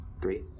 three